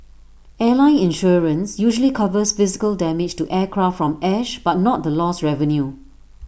airline insurance usually covers physical damage to aircraft from ash but not the lost revenue